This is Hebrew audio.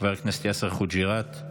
חבר הכנסת יאסר חוג'יראת,